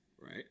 right